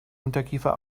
unterkiefer